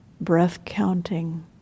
breath-counting